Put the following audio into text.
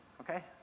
okay